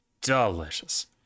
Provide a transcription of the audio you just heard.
delicious